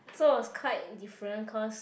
so it was quite different cause